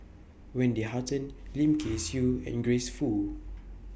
Wendy Hutton Lim Kay Siu and Grace Fu